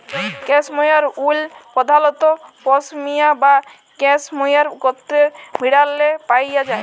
cashmere wool পধালত পশমিলা বা ক্যাসমোয়ার গত্রের ভেড়াল্লে পাউয়া যায়